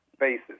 basis